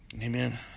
Amen